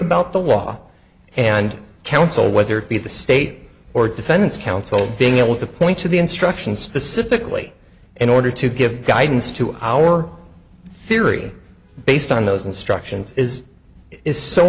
about the law and counsel whether it be the state or defense counsel being able to point to the instructions specifically in order to give guidance to our theory based on those instructions is is so